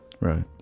right